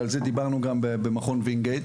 ועל זה דיברנו גם במכון וינגייט.